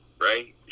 right